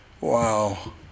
wow